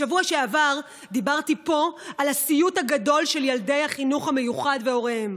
בשבוע שעבר דיברתי פה על הסיוט הגדול של ילדי החינוך המיוחד והוריהם.